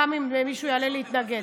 גם אם מישהו יעלה להתנגד.